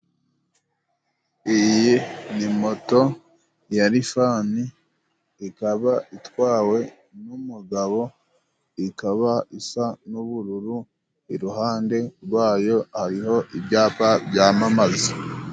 Iyi ni moto ya lifani ikaba itwawe n'umugabo, ikaba isa n'ubururu, iruhande rwayo hariho ibyapa byamamaza.